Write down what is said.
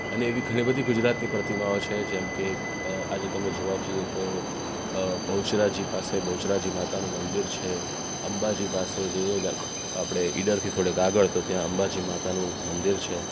અને એવી ઘણી બધી ગુજરાતની પ્રતિમાઓ છે જેમકે આજે તમે જોવા જઈએ તો બહુચરાજી પાસે બહુચરાજી માતાનું મંદિર છે અંબાજી પાસે જઈએ આપણે ઇડરથી થોડેક આગળ તો ત્યાં અંબાજી માતાનું મંદિર છે